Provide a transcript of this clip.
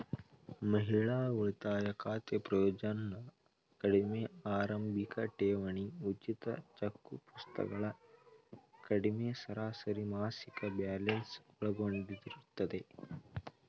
ಮಹಿಳಾ ಉಳಿತಾಯ ಖಾತೆ ಪ್ರಯೋಜ್ನ ಕಡಿಮೆ ಆರಂಭಿಕಠೇವಣಿ ಉಚಿತ ಚೆಕ್ಪುಸ್ತಕಗಳು ಕಡಿಮೆ ಸರಾಸರಿಮಾಸಿಕ ಬ್ಯಾಲೆನ್ಸ್ ಒಳಗೊಂಡಿರುತ್ತೆ